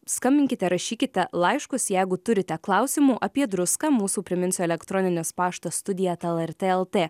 skambinkite rašykite laiškus jegu turite klausimų apie druską mūsų priminsiu elektroninis paštas studija eta lrt el t